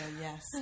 Yes